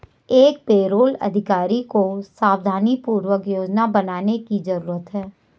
एक पेरोल अधिकारी को सावधानीपूर्वक योजना बनाने की जरूरत है